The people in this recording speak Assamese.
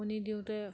উমনি দিওঁতে